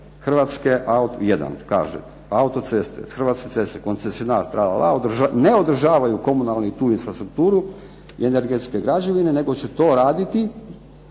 članak 24.a, jedan kaže autoceste, Hrvatske ceste, koncesionar, ne održavaju tu komunalnu infrastrukturu i energetske građevine nego će to raditi